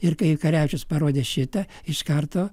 ir kai karečius parodė šitą iš karto